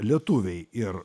lietuviai ir